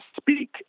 speak